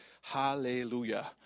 Hallelujah